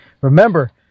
Remember